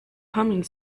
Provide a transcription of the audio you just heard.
humming